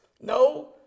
No